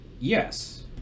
Yes